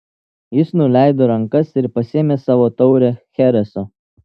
jis nuleido rankas ir pasiėmė savo taurę chereso